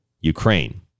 Ukraine